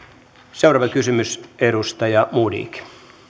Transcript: seuraava kysymys edustaja modig